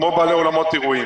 כמו אולמות אירועים,